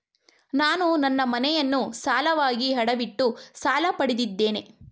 ನಾನು ನನ್ನ ಮನೆಯನ್ನು ಸಾಲವಾಗಿ ಅಡವಿಟ್ಟು ಸಾಲ ಪಡೆದಿದ್ದೇನೆ